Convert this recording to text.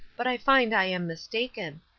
but i find i am mistaken.